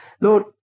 Lord